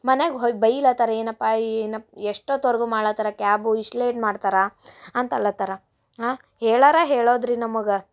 ಮನ್ಯಾಗ ಹೊಯ್ ಬೈಲತರ ಏನಪ್ಪಾ ಏನು ಎಷ್ಟೊತ್ವರ್ಗು ಮಾಡ್ಲತರ ಕ್ಯಾಬು ಇಷ್ಟು ಲೇಟ್ ಮಾಡ್ತಾರ ಅಂತ ಅನ್ಲತರ ಹೇಳರ ಹೇಳೋದು ರೀ ನಮಗೆ